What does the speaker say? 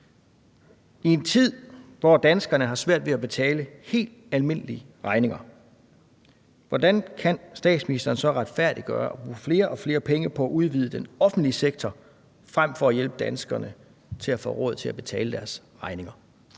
I en tid, hvor danskerne har svært ved at betale helt almindelige regninger, hvordan kan statsministeren så retfærdiggøre at bruge flere og flere penge på at udvide den offentlige sektor frem for at hjælpe danskerne til at få råd til at betale deres regninger?